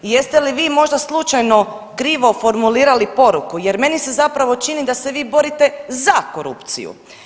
Jeste li vi možda slučajno krivo formulirali poruku jer meni se zapravo čini da se vi borite za korupciju.